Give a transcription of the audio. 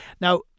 Now